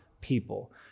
people